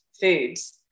foods